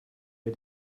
wir